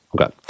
Okay